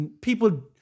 people